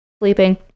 Sleeping